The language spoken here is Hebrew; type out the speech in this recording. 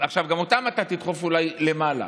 גם אותם אתה תדחף אולי למעלה.